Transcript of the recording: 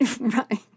Right